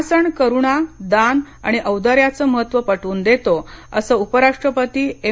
या सण करुणा दानआणि औदार्याच महत्त्व पटवून देतो उपराष्ट्रपती एम